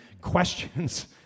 questions